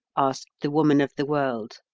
asked the woman of the world.